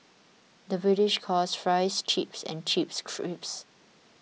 the British calls Fries Chips and Chips Crisps